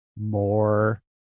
more